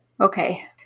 Okay